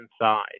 inside